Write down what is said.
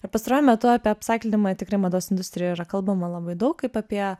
ir pastaruoju metu apie apsaiklinimą tikrai mados industrijoj yra kalbama labai daug kaip apie